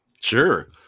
Sure